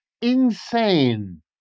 Insane